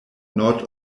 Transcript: nord